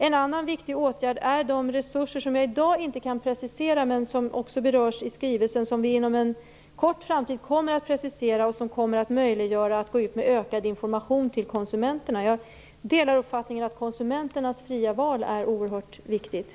En annan viktig åtgärd är de resurser som jag i dag inte kan precisera, men som också berörs i skrivelsen och som vi inom en snar framtid kommer att precisera. Dessa resurser kommer att möjliggöra att man går ut med ökad information till konsumenterna. Jag delar uppfattningen att det är oerhört viktigt med konsumenternas fria val.